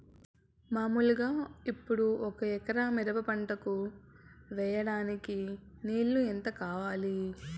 మామూలుగా ఇప్పుడు ఒక ఎకరా మిరప పంట వేయడానికి నీళ్లు ఎంత కావాలి?